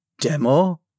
demo